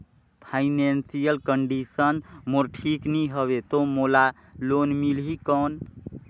Financial condition मोर ठीक नी हवे तो मोला लोन मिल ही कौन??